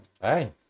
hey